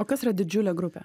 o kas yra didžiulė grupė